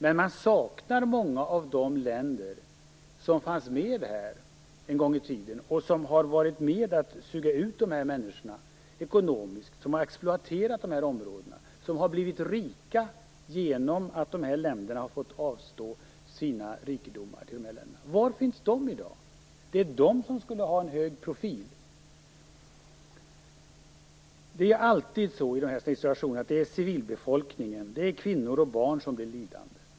Men jag saknar många av de länder som fanns med i Afrika en gång i tiden. De har varit med om att suga ut dessa människor ekonomiskt, de har exploaterat områden och blivit rika genom att de afrikanska länderna har fått avstå sina rikedomar till dem. Var finns de i dag? Det är de som borde ha en hög profil. I sådana här situationer är det alltid civilbefolkningen, kvinnor och barn, som blir lidande.